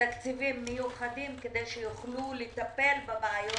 תקציבים מיוחדים כדי שיוכלו לטפל בבעיות